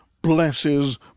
blesses